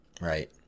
right